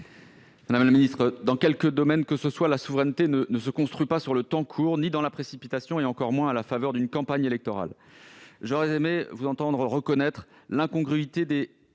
Madame la ministre, dans quelque domaine que ce soit, la souveraineté ne se construit pas sur le temps court, ni dans la précipitation, et encore moins à la faveur d'une campagne électorale. J'aurais aimé vous entendre reconnaître l'incongruité des